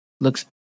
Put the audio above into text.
Looks